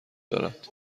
دارد